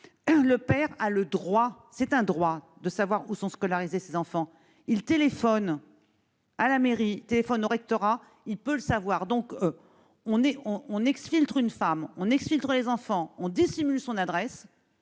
le père a le droit- c'est un droit -de savoir où sont scolarisés ses enfants. S'il téléphone à la mairie ou au rectorat, il peut le savoir. Autrement dit, on exfiltre une femme et ses enfants, on dissimule son adresse,